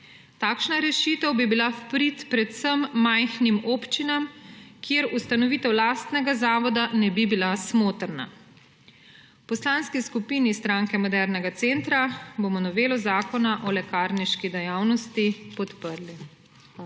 Takšna rešitev bi bila v prid predvsem majhnim občinam, kjer ustanovitev lastnega zavoda ne bi bila smotrna. V Poslanski skupin Stranke modernega centra bomo novelo Zakona o lekarniški dejavnosti podprli.